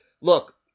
look